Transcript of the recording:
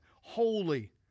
holy